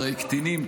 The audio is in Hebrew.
הרי קטינים,